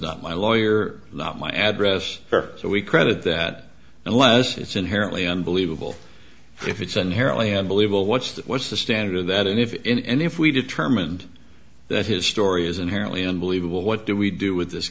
not my lawyer not my address so we credit that unless it's inherently unbelievable if it's inherently unbelievable what's the what's the standard of that and if in if we determined that his story is inherently unbelievable what do we do with this